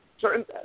certain